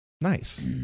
Nice